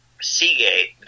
Seagate